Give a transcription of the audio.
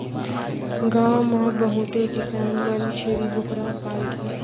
गॉव म बहुते किसान मन छेरी बोकरा पालथें